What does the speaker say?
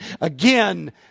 again